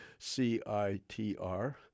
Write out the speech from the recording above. CITR